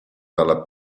dalla